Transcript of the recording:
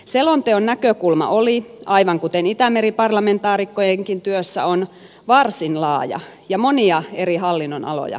selonteon näkökulma oli aivan kuten itämeri parlamentaarikkojenkin työssä on varsin laaja ja monia eri hallinnonaloja koskettava